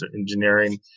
engineering